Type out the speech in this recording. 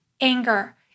anger